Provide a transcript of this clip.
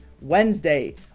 wednesday